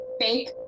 fake